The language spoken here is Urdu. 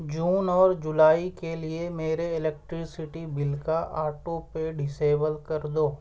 جون اور جولائی کے لیے میرے الیکٹرسٹی بل کا آٹو پے ڈسیبل کر دو